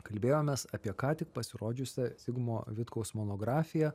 kalbėjomės apie ką tik pasirodžiusią zigmo vitkaus monografiją